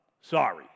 sorry